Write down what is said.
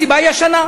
הסיבה היא השנה.